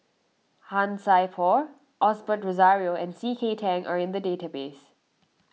Han Sai Por Osbert Rozario and C K Tang are in the database